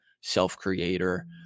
self-creator